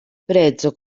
prezzo